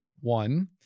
one